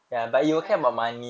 fine lah